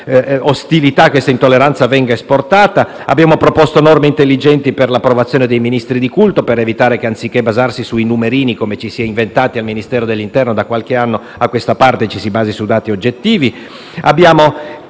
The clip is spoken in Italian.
Abbiamo proposto norme intelligenti per l'approvazione dei ministri di culto, per evitare che anziché basarsi sui numerini, come ci si è inventati al Ministero dell'interno da qualche anno a questa parte, ci si basi su dati oggettivi. Abbiamo